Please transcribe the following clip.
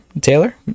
Taylor